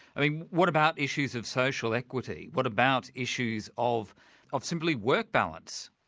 i mean what about issues of social equity? what about issues of of simply work balance?